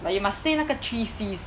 like you must say 那个 three C S